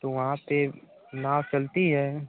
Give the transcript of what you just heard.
तो वहाँ पर नाव चलती है